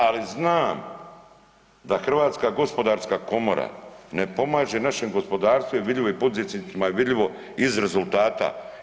Ali znam da Hrvatska gospodarska komora ne pomaže našem gospodarstvu i vidljivo je i poduzetnicima je vidljivo iz rezultata.